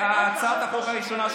הצעת החוק הראשונה,